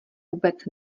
vůbec